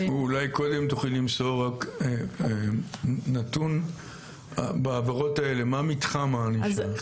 אולי קודם תוכלי למסור רק נתון בעבירות האלה מה מתחם הענישה?